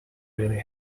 really